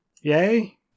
yay